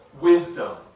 wisdom